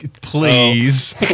Please